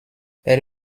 elle